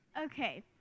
Okay